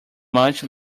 much